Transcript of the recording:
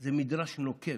זה מדרש נוקב,